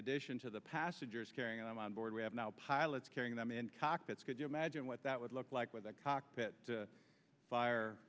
addition to the passengers carrying them on board we have now pilots carrying them in cockpits could you imagine what that would look like with a cockpit fire